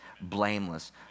blameless